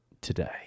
today